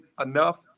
enough